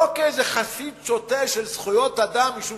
לא כאיזה חסיד שוטה של זכויות אדם משום